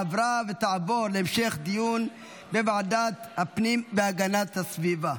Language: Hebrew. עברה ותעבור להמשך דיון בוועדת הפנים והגנת הסביבה.